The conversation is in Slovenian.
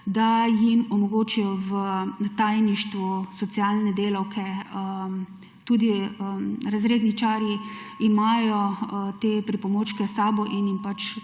da jim omogočijo v tajništvu socialne delavke, tudi »razredničarji« imajo te pripomočke s sabo in jim pač